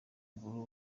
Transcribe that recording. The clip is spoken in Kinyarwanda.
w’amaguru